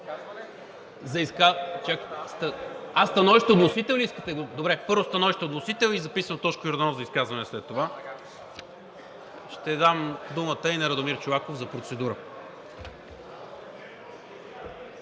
За изказване ли? Становище от вносител ли искате? Добре, първо становище от вносител и записвам Тошко Йорданов за изказване след това. Ще дам думата и на Радомир Чолаков – за процедура.